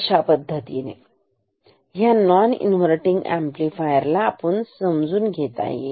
अश्या पद्धतीने ह्या नॉन इन्व्हर्टिनग अम्प्लिफायर ला समजून घेता येईल